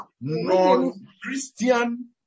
non-Christian